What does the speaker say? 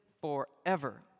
forever